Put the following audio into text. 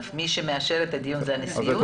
מי שמאשר את הדיון זה הנשיאות.